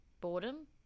Boredom